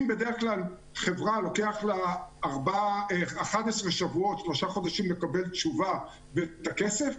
אם בדרך כלל לוקח לחברה שלושה חודשים לקבל תשובה ואת הכסף,